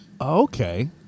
Okay